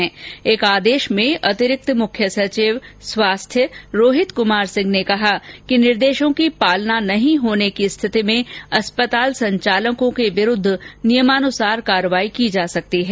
एक आदेश में स्वास्थ्य विभाग के अतिरिक्त मुख्य सचिव रोहित कुमार सिंह ने कहा कि निर्देशों की पालना नहीं होने की स्थिति में अस्पताल संचालकों के विरूद्व नियमानुसार कार्यवाही की जा सकती है